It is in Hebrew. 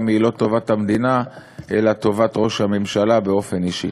היא לא טובת המדינה אלא טובת ראש הממשלה באופן אישי.